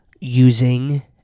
using